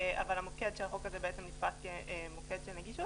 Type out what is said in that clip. אבל המוקד של החוק הזה בעצם נתפס כמוקד של נגישות